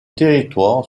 territoire